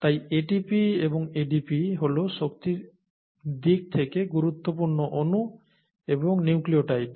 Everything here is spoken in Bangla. তাই ATP এবং ADP হল শক্তির দিক থেকে গুরুত্বপূর্ণ অনু এবং নিউক্লিওটাইড